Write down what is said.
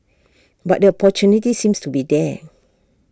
but the opportunity seems to be there